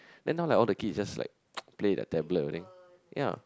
then now like all the kids is just like play with their tablet I think ya